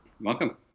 Welcome